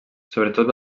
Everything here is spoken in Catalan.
sobretot